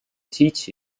teach